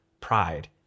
pride